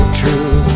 true